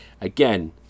again